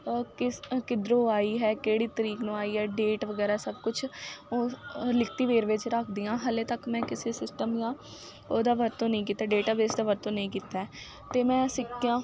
ਕਿਸ ਕਿੱਧਰੋਂ ਆਈ ਹੈ ਕਿਹੜੀ ਤਾਰੀਖ ਨੂੰ ਆਈ ਹੈ ਡੇਟ ਵਗੈਰਾ ਸਭ ਕੁਝ ਲਿਖਤੀ ਵੇਰਵੇ 'ਚ ਰੱਖਦੀ ਹਾਂ ਹਜੇ ਤੱਕ ਮੈਂ ਕਿਸੇ ਸਿਸਟਮ ਜਾਂ ਉਹਦਾ ਵਰਤੋਂ ਨਹੀਂ ਕੀਤਾ ਡੇਟਾਬੇਸ ਦਾ ਵਰਤੋਂ ਨਹੀਂ ਕੀਤਾ ਅਤੇ ਮੈਂ ਸਿੱਕਿਆਂ